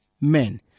men